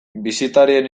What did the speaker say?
bisitarien